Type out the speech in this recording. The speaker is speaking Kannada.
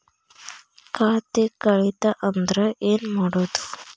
ಖಾತೆ ಕಳಿತ ಅಂದ್ರೆ ಏನು ಮಾಡೋದು?